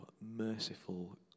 merciful